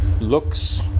looks